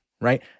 right